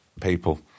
people